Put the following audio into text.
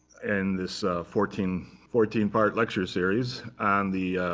and this fourteen fourteen part lecture series on the